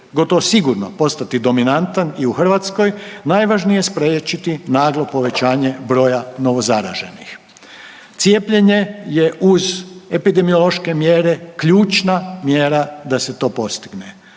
gotovo sigurno postati dominantan i u Hrvatskoj, najvažnije je spriječiti naglo povećanje broja novozaraženih. Cijepljenje je uz epidemiološke mjere ključna mjera da se to postigne.